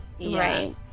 Right